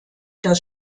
das